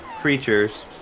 creatures